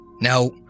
Now